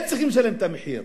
הם צריכים לשלם את המחיר.